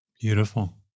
Beautiful